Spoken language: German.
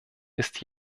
ist